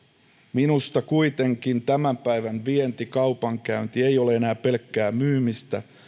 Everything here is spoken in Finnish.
minusta kuitenkin tämän päivän vienti ja kaupankäynti ei ole enää pelkkää myymistä